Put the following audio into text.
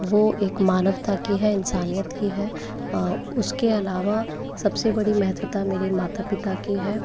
वो एक मानवता की है इंसानियत की है उसके अलावा सब से बड़ी महत्त्वता मेरे माता पिता की है